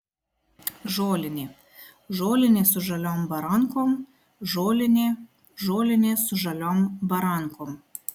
žolinė žolinė su žaliom barankom žolinė žolinė su žaliom barankom